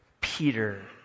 Peter